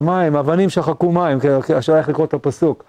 מים, אבנים שחקו מים, השאלה היא איך לקרוא את הפסוק.